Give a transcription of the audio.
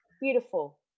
beautiful